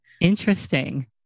Interesting